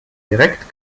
direkt